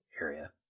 area